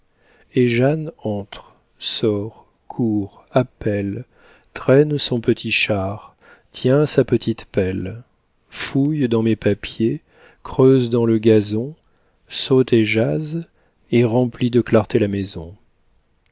et jeanne entre sort court appelle traîne son petit char tient sa petite pelle fouille dans mes papiers creuse dans le gazon saute et jase et remplit de clarté la maison